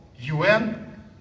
un